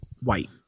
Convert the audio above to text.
White